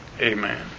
amen